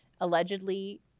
allegedly